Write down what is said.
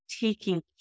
taking